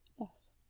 Yes